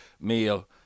meal